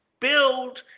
build